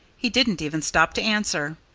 he didn't even stop to answer.